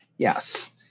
Yes